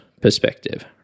perspective